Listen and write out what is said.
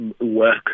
work